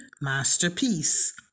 masterpiece